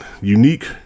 Unique